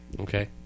Okay